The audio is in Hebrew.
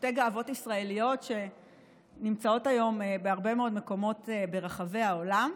שתי גאוות ישראליות שנמצאות היום בהרבה מאוד מקומות ברחבי העולם.